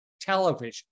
television